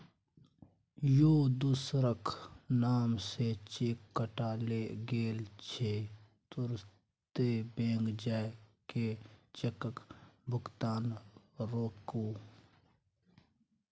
यौ दोसरक नाम सँ चेक कटा गेल छै तुरते बैंक जाए कय चेकक भोगतान रोकु